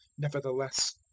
nevertheless,